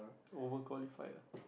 overqualified lah